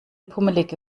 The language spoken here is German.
pummelige